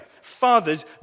Fathers